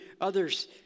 others